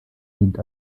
dient